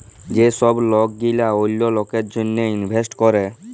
যে ছব লক গিলা অল্য লকের জ্যনহে ইলভেস্ট ক্যরে